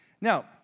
Now